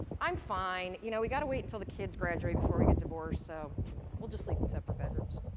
i'm fine. you know we've got to wait until the kids graduate, before we get divorced, so we'll just sleep in separate bedrooms.